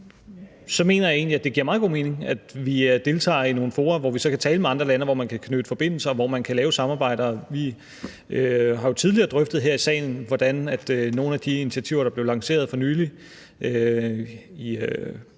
mener jeg egentlig, at det giver meget god mening, at vi deltager i nogle fora, hvor vi så kan tale med andre lande, hvor man kan knytte forbindelser, og hvor man kan lave samarbejder. Vi har tidligere drøftet her i salen, hvordan nogle af de initiativer, som er blevet lanceret for nylig